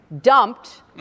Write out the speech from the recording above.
dumped